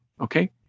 Okay